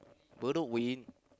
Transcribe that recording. Bedok wind